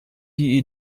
die